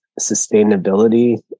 sustainability